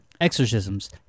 exorcisms